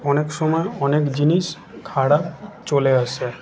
অনেক সময় অনেক জিনিস খারাপ চলে আসে